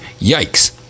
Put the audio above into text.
Yikes